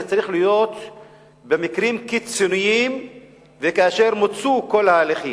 זה צריך להיות במקרים קיצוניים וכאשר מוצו כל ההליכים.